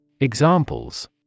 Examples